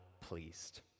pleased